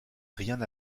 rien